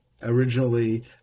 originally